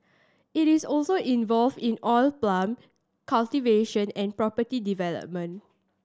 it is also involved in oil palm cultivation and property development